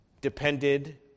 depended